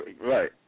right